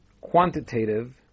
quantitative